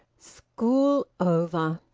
school over!